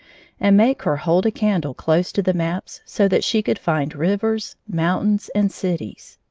and make her hold a candle close to the maps so that she could find rivers, mountains, and cities.